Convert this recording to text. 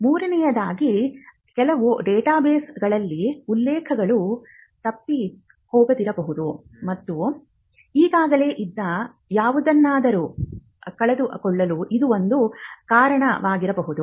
ಮೂರನೆಯದಾಗಿ ಕೆಲವು ಡೇಟಾಬೇಸ್ಗಳಲ್ಲಿ ಉಲ್ಲೇಖಗಳು ತಪ್ಪಿಹೋಗಿರಬಹುದು ಮತ್ತು ಮತ್ತು ಈಗಾಗಲೇ ಇದ್ದ ಯಾವುದನ್ನಾದರೂ ಕಳೆದುಕೊಳ್ಳಲು ಇದು ಒಂದು ಕಾರಣವಾಗಿರಬಹುದು